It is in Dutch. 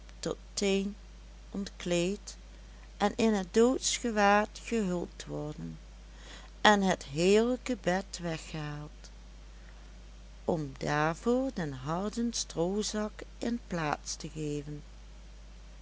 tot teen ontkleed en in het doodsgewaad gehuld worden en het heerlijke bed weggehaald om daarvoor den harden stroozak in plaats te geven